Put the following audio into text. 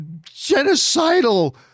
genocidal